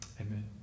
Amen